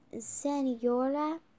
Senora